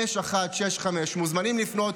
054-6745165. מוזמנים לפנות,